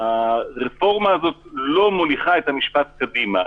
בבקשה ממך.